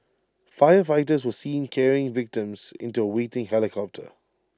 firefighters were seen carrying victims into A waiting helicopter